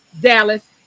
Dallas